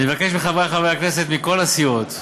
אני מבקש מחברי חברי הכנסת מכל הסיעות,